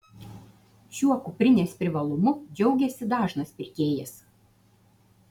šiuo kuprinės privalumu džiaugiasi dažnas pirkėjas